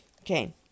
Okay